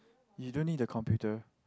you don't need a computer